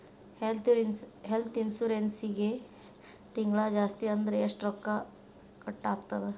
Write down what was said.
ಹೆಲ್ತ್ಇನ್ಸುರೆನ್ಸಿಗೆ ತಿಂಗ್ಳಾ ಜಾಸ್ತಿ ಅಂದ್ರ ಎಷ್ಟ್ ರೊಕ್ಕಾ ಕಟಾಗ್ತದ?